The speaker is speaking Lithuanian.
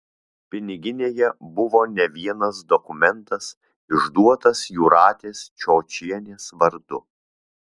piniginėje buvo ne vienas dokumentas išduotas jūratės čiočienės vardu